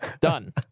done